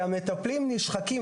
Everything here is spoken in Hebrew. המטפלים נשחקים.